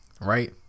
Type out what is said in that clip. right